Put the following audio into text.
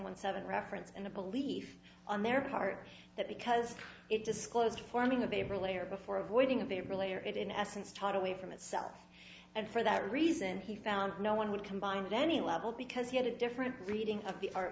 one seven reference and a belief on their part that because it disclosed forming a babe relayer before avoiding if they really are it in essence totally from itself and for that reason he found no one would combine any level because he had a different reading of the art